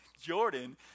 Jordan